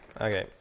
Okay